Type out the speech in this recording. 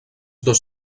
dos